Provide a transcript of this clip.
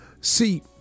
See